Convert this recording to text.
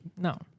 No